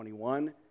21